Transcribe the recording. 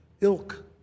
ilk